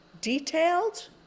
detailed